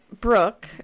Brooke